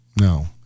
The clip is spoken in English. No